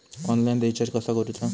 Online recharge कसा करूचा?